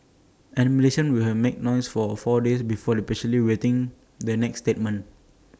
and Malaysians will have make noise for four days before the patiently waiting the next statement